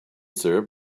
syrup